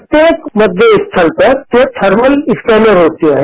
प्रत्येक मध्य स्थल पर थर्मल स्कैनर होते हैं